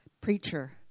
preacher